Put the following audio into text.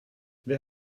wer